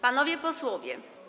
Panowie posłowie.